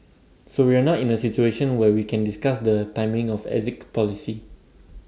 so we're not in A situation where we can discuss the timing of exit policy